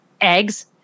eggs